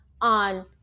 on